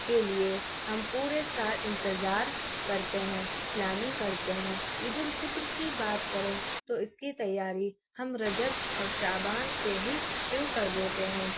کے لیے ہم پورے سال انتظار کرتے ہیں پلاننگ کرتے ہیں عید الفطر کی بات کریں تو اس کی تیاری ہم رجب اور شعبان سے ہی شروع کر دیتے ہیں